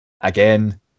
Again